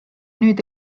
nüüd